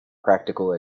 practical